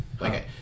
Okay